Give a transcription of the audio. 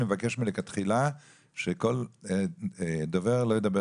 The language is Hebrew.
אני אבקש מלכתחילה שכל דובר לא ידבר